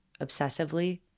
obsessively